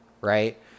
right